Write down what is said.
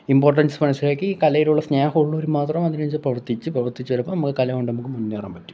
importance മനസ്സിലാക്കി കലയോടുള്ള സ്നേഹമുള്ളവർ മാത്രം അതിനനുസരിച്ച് പ്രവർത്തിച്ച് പ്രവർത്തിച്ച് വരുമ്പോൾ നമുക്ക് കലകൊണ്ട് നമുക്ക് മുന്നേറാൻ പറ്റും